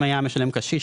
אם היה המשלם קשיש,